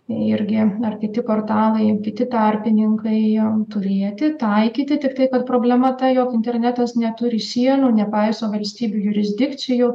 irgi ar kiti portalai ir kiti tarpininkai turėti taikyti tiktai kad problema ta jog internetas neturi sienų nepaiso valstybių jurisdikcijų